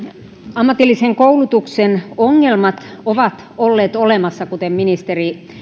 ammatillisen koulutuksen ongelmat ovat olleet olemassa kuten ministeri